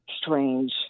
strange